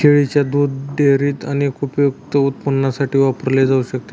शेळीच्या दुध डेअरीत अनेक उपयुक्त उत्पादनांसाठी वापरले जाऊ शकते